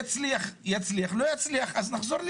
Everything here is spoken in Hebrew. יצליח, יצליח, לא יצליח, אז נחזור לזה.